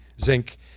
zinc